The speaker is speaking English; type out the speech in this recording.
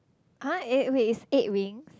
!ah! wait it's eight wings